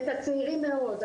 את הצעירים מאוד,